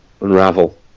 Unravel